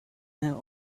have